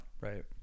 right